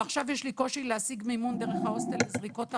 ועכשיו יש לי קושי להשיג מימון דרך ההוסטל לזריקות הרזיה,